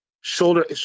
shoulder